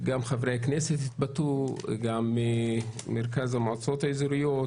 גם חברי כנסת התבטאו וגם מרכז המועצות האזוריות